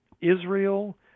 israel